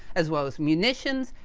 as well as munitions,